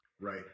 Right